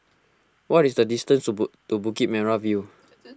what is the distance subu to Bukit Merah View